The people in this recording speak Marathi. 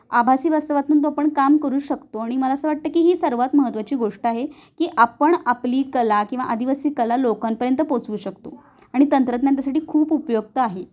आभासी वास्तवातून तो पण काम करू शकतो आणि मला असं वाटतं की ही सर्वात महत्त्वाची गोष्ट आहे की आपण आपली कला किंवा आदिवासी कला लोकांपर्यंत पोचवू शकतो आणि तंत्रज्ञान त्यासाठी खूप उपयुक्त आहे